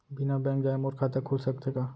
बिना बैंक जाए मोर खाता खुल सकथे का?